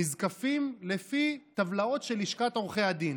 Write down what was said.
נזקפים לפי טבלאות של לשכת עורכי הדין.